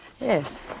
Yes